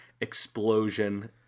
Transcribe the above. explosion